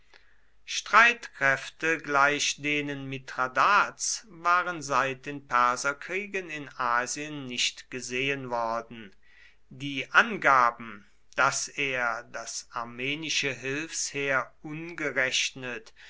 streitkräfte gleich denen mithradats waren seit den perserkriegen in asien nicht gesehen worden die angaben daß er das armenische hilfsheer ungerechnet